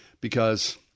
because-